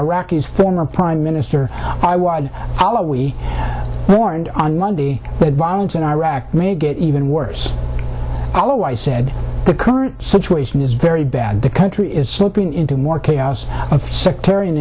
iraqis former prime minister i why are we warned on monday but violence in iraq may get even worse although i said the current situation is very bad the country is slipping into more chaos of sectarian